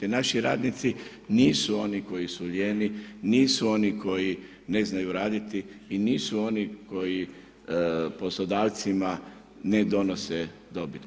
Naši radnici nisu oni koji su lijeni, nisu oni koji ne znaju raditi i nisu oni koji poslodavcima ne donose dobit.